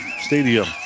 Stadium